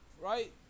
right